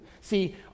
See